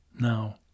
Now